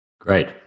Great